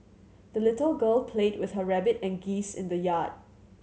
the little girl played with her rabbit and geese in the yard